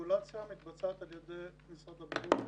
הרגולציה מתבצעת על ידי משרד הבריאות הישראלי.